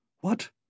What